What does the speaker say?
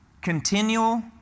Continual